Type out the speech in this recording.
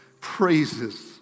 praises